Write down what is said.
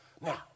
Now